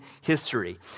history